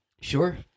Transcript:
Sure